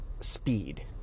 speed